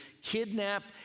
kidnapped